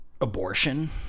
abortion